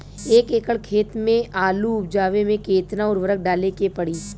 एक एकड़ खेत मे आलू उपजावे मे केतना उर्वरक डाले के पड़ी?